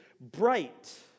bright